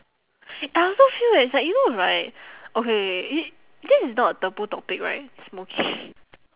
I also feel eh it's like you know right okay okay i~ this is not a taboo topic right smoki~